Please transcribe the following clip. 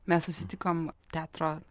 mes susitikom teatro